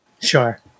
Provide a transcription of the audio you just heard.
Sure